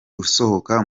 usohoka